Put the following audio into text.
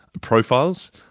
profiles